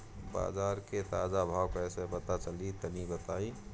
बाजार के ताजा भाव कैसे पता चली तनी बताई?